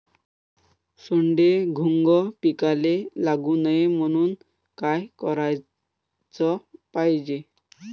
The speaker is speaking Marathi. सोंडे, घुंग पिकाले लागू नये म्हनून का कराच पायजे?